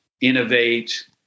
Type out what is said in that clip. innovate